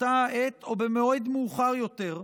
באותה העת או במועד מאוחר יותר,